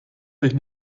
dich